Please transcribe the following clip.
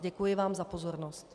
Děkuji vám za pozornost.